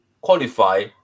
qualify